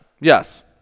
Yes